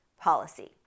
policy